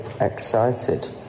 excited